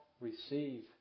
receive